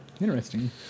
Interesting